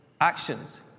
actions